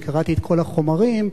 וקראתי את כל החומרים,